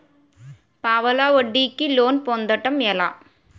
పావలా వడ్డీ కి లోన్ పొందటం ఎలా?